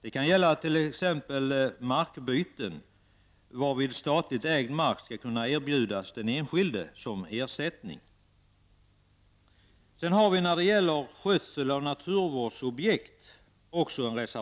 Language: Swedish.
Det kan gälla t.ex. markbyten, varvid statligt ägd mark skall kunna erbjudas den enskilde som ersättning. I reservation 12 från moderaterna och centern tas skötseln av naturvårdsobjekt upp.